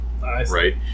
Right